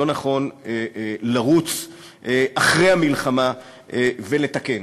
לא נכון לרוץ אחרי המלחמה ולתקן.